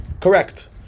Correct